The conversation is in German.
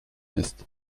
ist